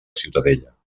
ciutadella